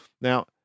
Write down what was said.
Now